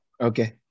Okay